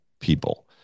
people